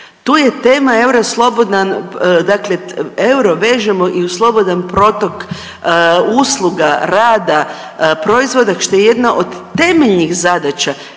dakle, euro vežemo i uz slobodan protok usluga rada, proizvoda što je jedna od temeljnih zadaća